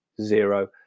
zero